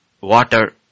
water